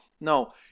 No